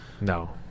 No